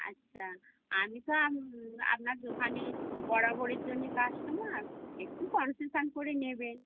আচ্ছা আমি তো আপনার দোকানে বরাবরের জন্যে কাস্টমার একটু কনসেশান করে নেবেন